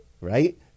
Right